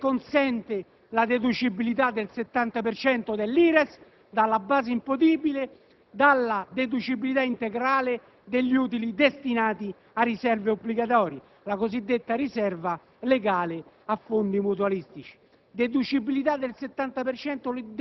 soprattutto nella tassazione, che consente la deducibilità del 70 per cento dell'IRES dalla base imponibile, dalla deducibilità integrale degli utili destinati a riserve obbligatorie, la cosiddetta riserva legale a fondi mutualistici,